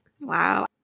Wow